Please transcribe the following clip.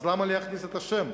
אז למה להכניס את השם?